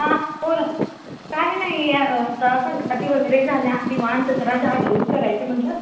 हां बोला काय नाही या त संक्राती वगैरे झाल्या आणि निवांत जरा झाडलोट करायची म्हणलं